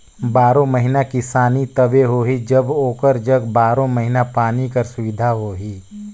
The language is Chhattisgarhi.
बारो महिना किसानी तबे होही जब ओकर जग बारो महिना पानी कर सुबिधा होही